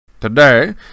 Today